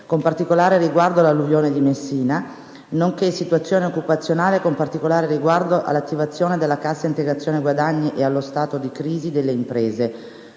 con particolare riguardo all'alluvione di Messina e la situazione occupazionale con particolare riguardo all'attivazione della cassa integrazione guadagni e allo stato di crisi delle imprese,